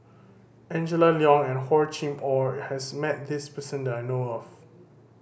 Angela Liong and Hor Chim Or has met this person that I know of